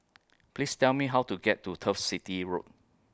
Please Tell Me How to get to Turf City Road